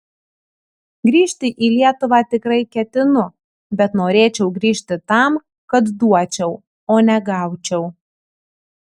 grįžti į lietuvą tikrai ketinu bet norėčiau grįžt tam kad duočiau o ne gaučiau